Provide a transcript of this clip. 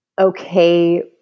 okay